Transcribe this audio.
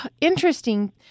interesting